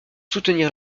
soutenir